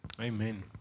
Amen